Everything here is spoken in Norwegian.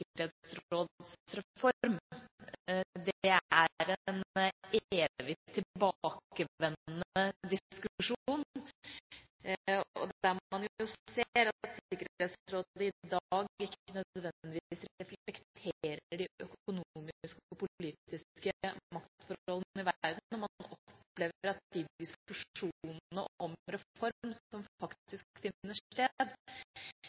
sikkerhetsrådsreform, som er en evig tilbakevendende diskusjon. Man ser at Sikkerhetsrådet i dag ikke nødvendigvis reflekterer de økonomiske og politiske maktforholdene i verden, og man opplever at de diskusjonene om reform som